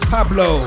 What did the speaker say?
Pablo